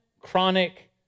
chronic